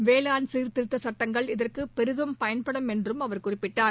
வேளாண் சீர்திருத்த சட்டங்கள் இதற்கு பெரிதும் பயன்படும் என்று அவர் குறிப்பிட்டார்